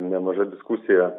nemaža diskusija